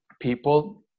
people